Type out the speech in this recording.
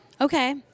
Okay